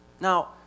Now